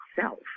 self